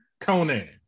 conan